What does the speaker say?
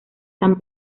san